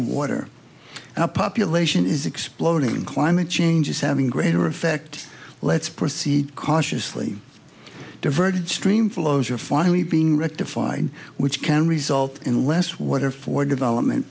water and a population is exploding in climate change is having greater effect let's proceed cautiously diverted stream flows are finally been rectified which can result in less water for development